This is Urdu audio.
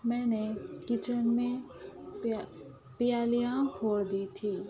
میں نے کچن میں پیالیاں پھوڑ دی تھیں